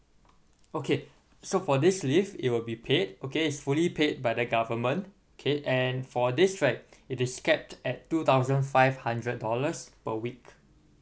okay so for this leave it will be paid okay it's fully paid by the government okay and for this right it is capped at two thousand five hundred dollars per week